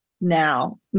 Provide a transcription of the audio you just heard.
now